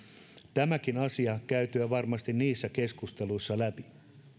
tämäkin asia käytyä varmasti niissä keskusteluissa läpi sitä